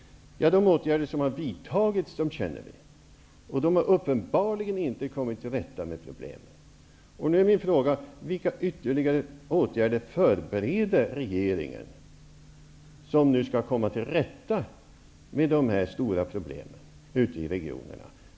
Ja, de åtgärder som har vidtagits känner vi till, och de har uppenbarligen inte kommit till rätta med problemen. Nu är min fråga: Vilka ytterligare åtgärder förbereder regeringen för att nu komma till rätta med de här stora problemen ute i regionerna?